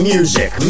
Music